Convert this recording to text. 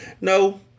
No